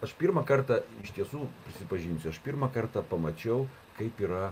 aš pirmą kartą iš tiesų prisipažinsiu aš pirmą kartą pamačiau kaip yra